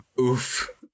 oof